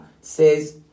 says